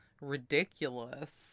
ridiculous